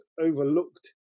overlooked